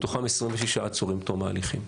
מתוכם 26 עצורים תום ההליכים.